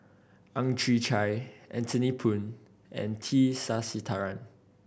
Ang Chwee Chai Anthony Poon and T Sasitharan